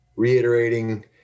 reiterating